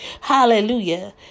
Hallelujah